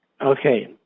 Okay